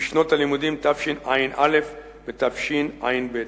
בשנות הלימודים תשע"א ותשע"ב.